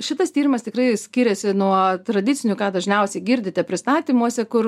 šitas tyrimas tikrai skiriasi nuo tradicinių ką dažniausiai girdite pristatymuose kur